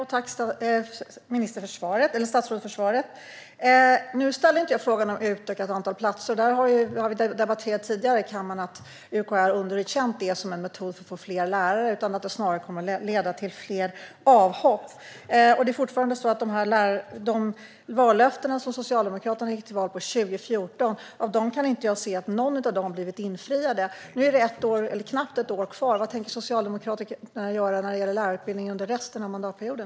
Herr talman! Tack, statsrådet, för svaret! Nu ställde jag inte frågan om utökat antal platser. Vi har tidigare debatterat i kammaren att UKÄ har underkänt det som en metod för att få fler lärare och bedömer att det snarare kommer att leda till fler avhopp. Av de löften som Socialdemokraterna gick till val på 2014 kan jag inte se att något har infriats. Nu är det knappt ett år kvar till nästa val. Vad tänker Socialdemokraterna göra när det gäller lärarutbildningen under resten av mandatperioden?